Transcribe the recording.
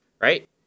right